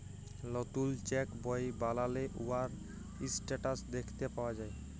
লতুল চ্যাক বই বালালে উয়ার ইসট্যাটাস দ্যাখতে পাউয়া যায়